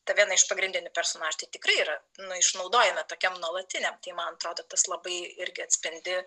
ta viena iš pagrindinių personažių tai tikrai yra nu išnaudojime tokiam nuolatiniam tai man atrodo tas labai irgi atspindi